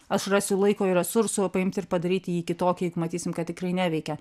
aš rasiu laiko ir resursų paimti ir padaryti jį kitokį jeigu matysim kad tikrai neveikia